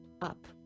Up